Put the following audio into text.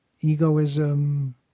egoism